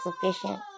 sufficient